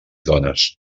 dones